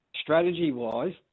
strategy-wise